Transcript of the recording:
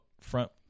front